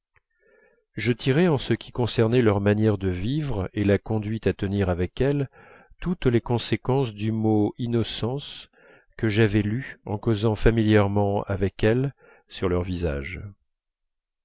je tirais en ce qui concernait leur manière de vivre et la conduite à tenir avec elles toutes les conséquences du mot innocence que j'avais lu en causant familièrement avec elles sur leur visage